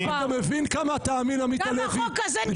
גם החוק הגרוע הזה נקבר כי הוא מושחת.